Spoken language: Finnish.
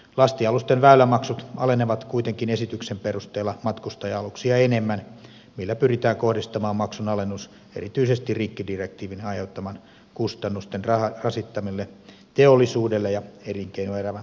lastialusten väylämaksut alenevat kuitenkin esityksen perusteella matkustaja aluksia enemmän millä pyritään kohdistamaan maksun alennus erityisesti rikkidirektiivin aiheuttamien kustannusten rasittamille teollisuudelle ja elinkeinoelämän merikuljetuksille